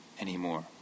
anymore